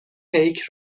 پیک